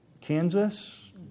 Kansas